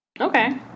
Okay